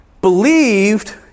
believed